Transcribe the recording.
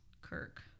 Kirk